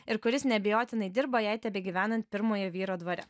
ir kuris neabejotinai dirba jai tebegyvenant pirmojo vyro dvare